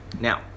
Now